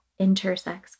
intersex